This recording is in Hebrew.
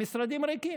המשרדים ריקים.